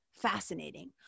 fascinating